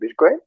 Bitcoin